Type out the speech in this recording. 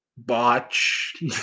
botch